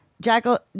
jackal